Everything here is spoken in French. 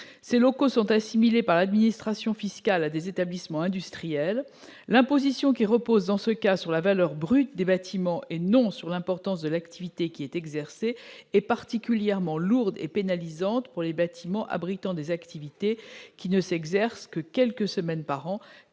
Ces locaux sont assimilés par l'administration fiscale à des établissements industriels. L'imposition, qui repose, dans ce cas, sur la valeur brute des bâtiments et non sur l'importance de l'activité qui y est exercée, est particulièrement lourde et pénalisante pour les bâtiments abritant des activités qui ne s'exercent que quelques semaines par an,